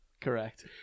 Correct